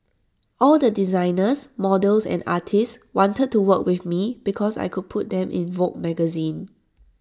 all the designers models and artists wanted to work with me because I could put them in Vogue magazine